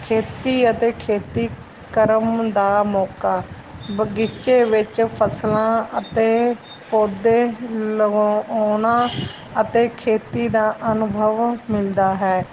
ਖੇਤੀ ਅਤੇ ਖੇਤੀ ਕਰਨ ਦਾ ਮੌਕਾ ਬਗੀਚੇ ਵਿੱਚ ਫਸਲਾਂ ਅਤੇ ਪੌਦੇ ਲਗਾਉਣਾ ਅਤੇ ਖੇਤੀ ਦਾ ਅਨੁਭਵ ਮਿਲਦਾ ਹੈ